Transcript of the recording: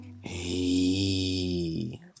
Hey